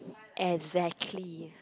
exactly